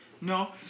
No